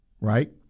Right